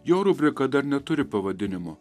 jo rubrika dar neturi pavadinimo